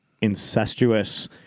incestuous